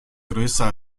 größer